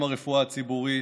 עם הרפואה הציבורית.